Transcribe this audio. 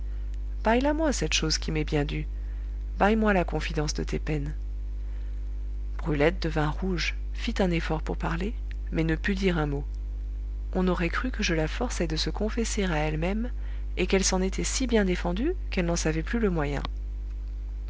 baille la moi cette chose qui m'est bien due baille moi la confidence de tes peines brulette devint rouge fit un effort pour parler mais ne put dire un mot on aurait cru que je la forçais de se confesser à elle-même et qu'elle s'en était si bien défendue qu'elle n'en savait plus le moyen